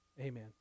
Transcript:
amen